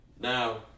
Now